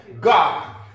God